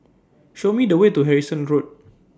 Show Me The Way to Harrison Road